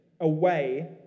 away